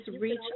reach